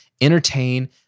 entertain